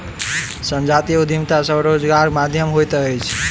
संजातीय उद्यमिता स्वरोजगारक माध्यम होइत अछि